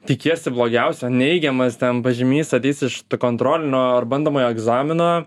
tikiesi blogiausio neigiamas ten pažymys ateis iš to kontrolinio ar bandomojo egzamino